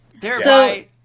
Thereby